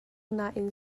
nain